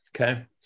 Okay